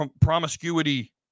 promiscuity